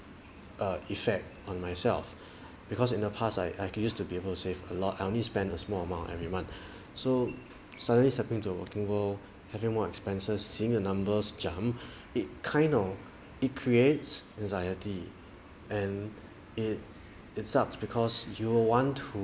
uh effect on myself because in the past I I can used to be able save a lot I only spend a small amount every month so suddenly stepping into the working world having more expenses seeing the numbers jump it kind of it creates anxiety and it it sucks because you will want to